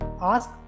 ask